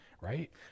Right